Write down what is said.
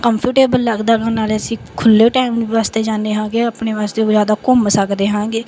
comfortable ਲੱਗਦਾ ਵਾ ਨਾਲੇ ਅਸੀਂ ਖੁੱਲ੍ਹੇ ਟੈਮ ਵਾਸਤੇ ਜਾਂਦੇ ਹੈਗੇ ਆਪਣੇ ਵਾਸਤੇ ਵੀ ਜ਼ਿਆਦਾ ਘੁੰਮ ਸਕਦੇ ਹੈਗੇ